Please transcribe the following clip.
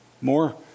more